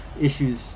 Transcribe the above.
issues